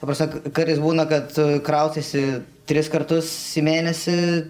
ta prasme kartais būna kad kraustaisi tris kartus į mėnesį